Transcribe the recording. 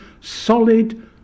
solid